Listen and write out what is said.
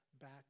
back